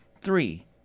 Three